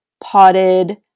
potted